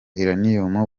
uranium